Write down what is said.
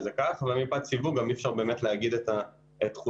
מפאת סיווג אי אפשר באמת להגיד את תכולת